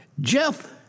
Jeff